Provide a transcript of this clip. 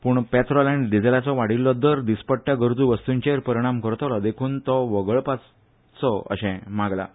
पूण पेत्रोल आनी डिझॅलाचो वाडिल्लो दर दीसपट्ट्या गरजू वस्तूंचेर परिणाम करतलो देखून तो वगळावचो अशें मागलां